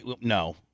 No